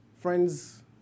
Friends